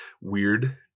weird